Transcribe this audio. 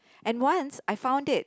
and once I found it